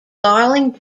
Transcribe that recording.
darling